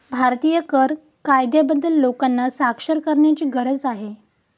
भारतीय कर कायद्याबद्दल लोकांना साक्षर करण्याची गरज आहे